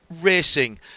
racing